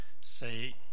say